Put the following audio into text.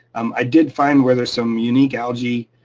um i did find where there's some unique algae